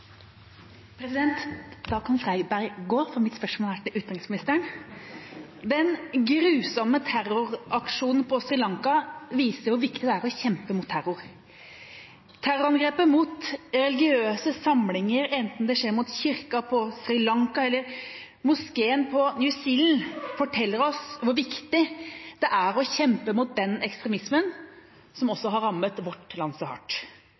hovedspørsmål. Da kan statsråd Freiberg gå, for mitt spørsmål er til utenriksministeren. Den grusomme terroraksjonen på Sri Lanka viser hvor viktig det er å kjempe mot terror. Terrorangrep mot religiøse samlinger, enten det skjer mot kirker på Sri Lanka eller moskeen på New Zealand, forteller oss hvor viktig det er å kjempe mot den ekstremismen som også har rammet vårt land så hardt.